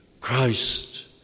Christ